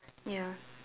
ya